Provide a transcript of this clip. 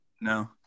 No